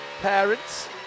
parents